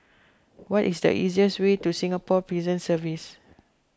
what is the easiest way to Singapore Prison Service